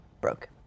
broke